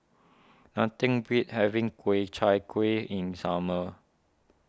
nothing beats having Ku Chai Kueh in summer